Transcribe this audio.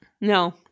No